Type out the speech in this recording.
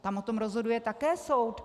Tam o tom rozhoduje také soud.